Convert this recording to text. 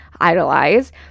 idolize